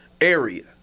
area